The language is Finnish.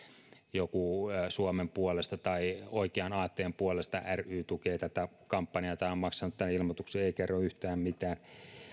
joku suomen puolesta ry tai oikean aatteen puolesta ry tukee tätä kampanjaa tai on maksanut tämän ilmoituksen ei ei kerro yhtään mitään